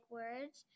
words